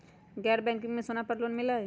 गैर बैंकिंग में सोना पर लोन मिलहई?